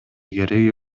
кереги